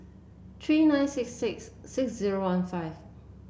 three nine six six six zero one five